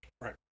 Right